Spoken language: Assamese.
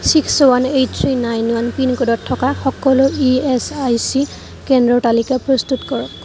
six one eight three nine one পিনক'ডত থকা সকলো ই এচ আই চি কেন্দ্ৰৰ তালিকা প্ৰস্তুত কৰক